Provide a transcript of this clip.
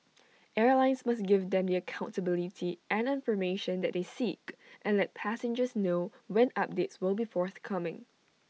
airlines must give them the accountability and information that they seek and let passengers know when updates will be forthcoming